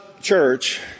church